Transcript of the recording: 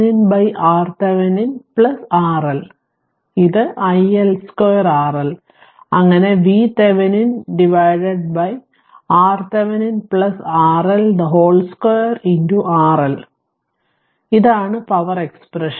ഇത് iL 2 RL അങ്ങനെ VThevenin RThevenin RL 2 RL അതിനാൽ ഇതാണ് പവർ എക്സ്പ്രഷൻ